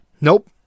Nope